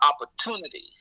opportunities